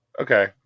Okay